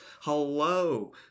Hello